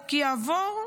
החוק יעבור,